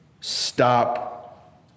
stop